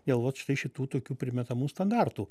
dėl vat štai šitų tokių primetamų standartų